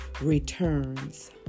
returns